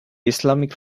islamic